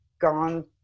gone